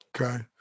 Okay